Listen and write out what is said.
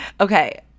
okay